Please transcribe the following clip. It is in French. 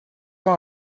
ans